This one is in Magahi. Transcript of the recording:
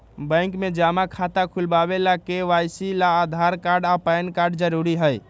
बैंक में जमा खाता खुलावे ला के.वाइ.सी ला आधार कार्ड आ पैन कार्ड जरूरी हई